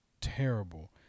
terrible